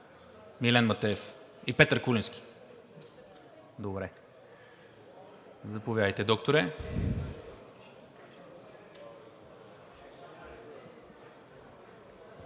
Милен Матеев и Петър Куленски. Заповядайте, Докторе.